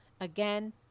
Again